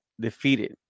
defeated